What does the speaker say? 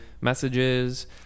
messages